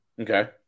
Okay